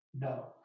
no